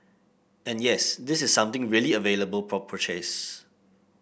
and yes this is something really available for purchase